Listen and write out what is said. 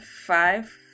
five